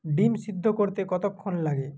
ডিম সিদ্ধ করতে কতক্ষণ লাগে